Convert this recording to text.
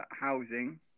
housing